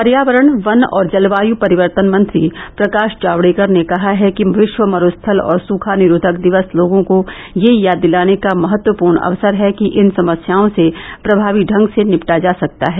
पर्यावरण वन और जलवायू परिवर्तन मंत्री प्रकाश जावड़ेकर ने कहा है कि विश्व मरूस्थल और सुखा निरोधक दिवस लोगों को यह याद दिलाने का महत्वपूर्ण अवसर है कि इन समस्याओं से प्रभावी ढंग से निपटा जा सकता है